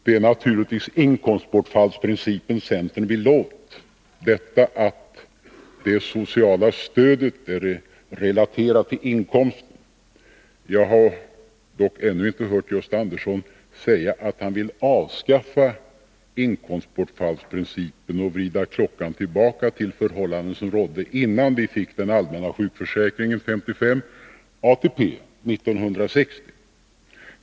Det är naturligtvis inkomstbortfallsprincipen centern vill åt, detta att det sociala stödet är relaterat till inkomsten. Jag har dock ännu inte hört Gösta Andersson säga att han vill avskaffa inkomstbortfallsprincipen och vrida klockan tillbaka till förhållanden som rådde innan vi fick den allmänna sjukförsäkringen 1955 och ATP 1960.